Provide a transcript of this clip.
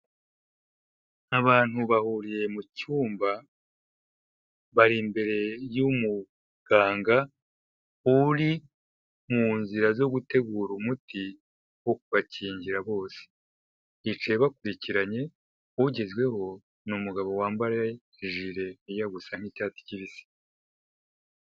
Abantu bahuriye mu cyumba, bari imbere y'umuganga uri uri mu nzira zo gutegura umuti wo kubakingira bose, bicaye bakurikiranye ugezweho ni umugabo wambara ijure ijya gusa n'icyatsi kibisi.